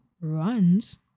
runs